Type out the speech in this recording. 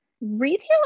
retail